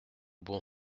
bon